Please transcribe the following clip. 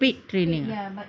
paid training ah